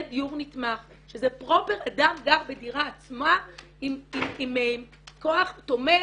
דיור נתמך שזה פרופר אדם גר בדירה עצמה עם כוח תומך,